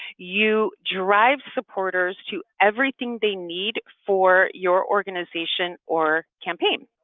you derive supporters to everything they need for your organization or campaign.